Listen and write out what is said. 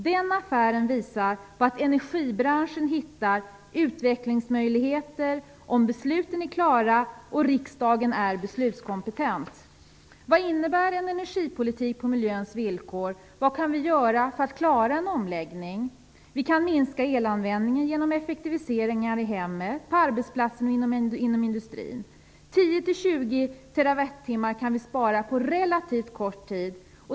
Den affären visar att energibranschen hittar utvecklingsmöjligheter, om avgörandena har fattats och riksdagen är beslutskompetent. Vad innebär en energipolitik på miljöns villkor? Vi kan minska elanvändningen genom effektiviseringar i hemmen, på arbetsplatser och inom industrin. Vi kan spara 10 - 20 terawattimmar på relativt kort tid.